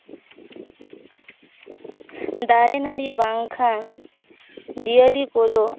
ᱫᱟᱨᱮ ᱱᱟᱹᱲᱤ ᱵᱟᱝᱠᱷᱟᱱ ᱡᱤᱭᱟᱹᱞᱤ ᱠᱚᱫᱚ